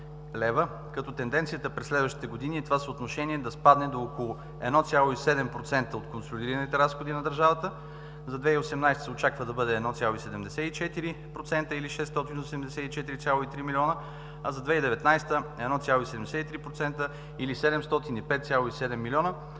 лв., като тенденцията през следващите години е това съотношение да падне до около 1,7% от консолидираните разходи на държавата; за 2018 г. се очаква да бъде 1,74% или 684,3 млн. лв.; за 2019 г. – 1,73%, или 705,7 млн.